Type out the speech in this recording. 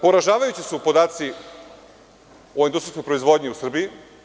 Poražavajući su podaci o industrijskoj proizvodnji u Srbiji.